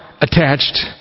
attached